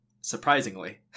surprisingly